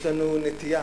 יש לנו נטייה,